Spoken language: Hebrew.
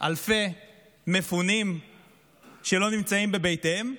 אלפי מפונים שלא נמצאים בבתיהם?